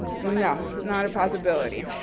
no, not a possibility.